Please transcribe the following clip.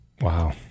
Wow